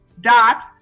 dot